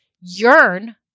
yearn